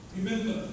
Remember